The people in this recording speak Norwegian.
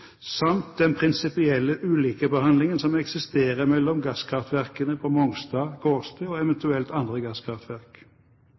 samt den prinsipielle ulikebehandlingen som eksisterer mellom gasskraftverkene på Mongstad, Kårstø og